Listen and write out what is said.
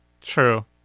True